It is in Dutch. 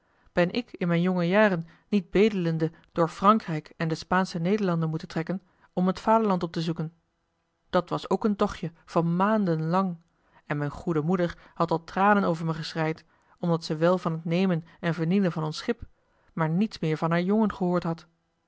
ben ik in m'n jonge jaren niet bedelende door frankrijk en de spaansche nederlanden moeten trekken om het vaderland op te zoeken dat was ook een tochtje van maanden lang en m'n goede moeder had al tranen over me geschreid omdat ze wel van t nemen en vernielen van ons schip maar niets meer van haar jongen gehoord had